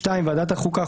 (2)ועדת החוקה,